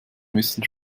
müssen